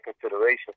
consideration